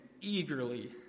eagerly